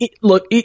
look